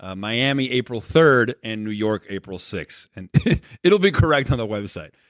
ah miami, april third, and new york, april sixth. and it will be correct on the website,